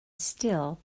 still